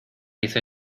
hizo